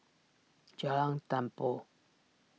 Jalan Tempua